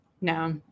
No